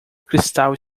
cristal